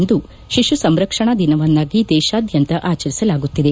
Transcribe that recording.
ಇಂದು ಶಿಶು ಸಂರಕ್ಷಣಾ ದಿನವನ್ನಾಗಿ ದೇಶಾದ್ಯಂತ ಆಚರಿಸಲಾಗುತ್ತದೆ